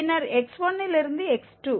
பின்னர் x1 இல் இருந்து x2